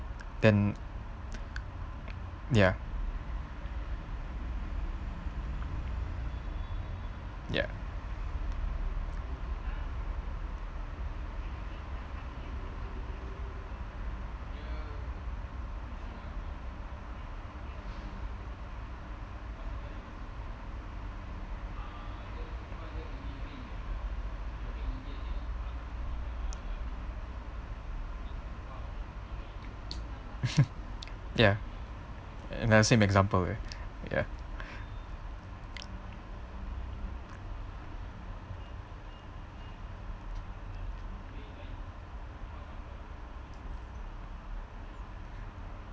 then ya ya ya and the same example leh ya